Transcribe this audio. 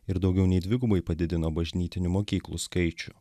ir daugiau nei dvigubai padidino bažnytinių mokyklų skaičių